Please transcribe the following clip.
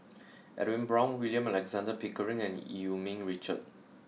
Edwin Brown William Alexander Pickering and Eu Yee Ming Richard